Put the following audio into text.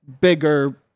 bigger